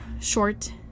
short